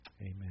Amen